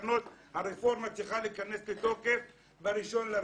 הרפורמה צריכה להיכנס לתוקף באחד בינואר.